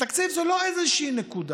התקציב זה לא איזושהי נקודה.